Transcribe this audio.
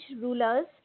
rulers